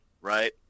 right